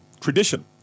Tradition